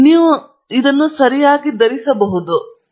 ಆದ್ದರಿಂದ ಇದು ನೀವು ಧರಿಸಬಹುದಾದ ಪ್ರಮಾಣಿತ ವಿಷಯ